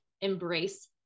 embrace